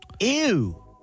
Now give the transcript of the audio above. Ew